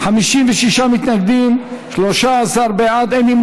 מסעוד גנאים, ג'מאל זחאלקה, עאידה תומא